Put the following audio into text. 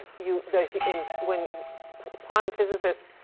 you, the, in, when quantum physicists